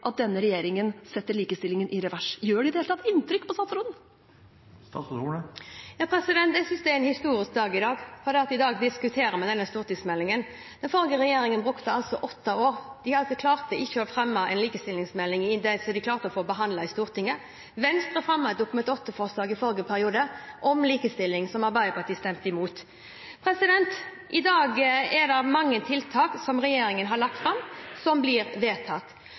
at denne regjeringen setter likestillingen i revers? Gjør det i det hele tatt inntrykk på statsråden? Jeg synes det er en historisk dag i dag, for i dag diskuterer vi denne stortingsmeldingen. Den forrige regjeringen brukte åtte år uten at de klarte å legge fram en likestillingsmelding som de fikk behandlet i Stortinget. Venstre fremmet et Dokument 8-forslag i forrige periode om likestilling, som Arbeiderpartiet stemte imot. I dag er det mange tiltak som regjeringen har lagt fram, som blir vedtatt.